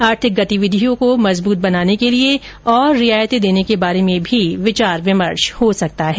आर्थिक गतिविधियों को मजबूत बनाने के लिए और रियायतें देने के बारे में भी विचार विमर्श हो सकता है